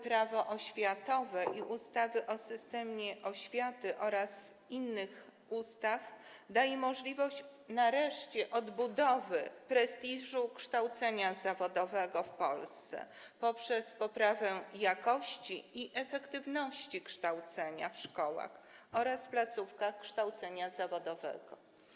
Prawo oświatowe i ustawy o systemie oświaty oraz innych ustaw nareszcie daje możliwość odbudowy prestiżu kształcenia zawodowego w Polsce poprzez poprawę jakości i efektywności kształcenia w szkołach oraz placówkach kształcenia zawodowego.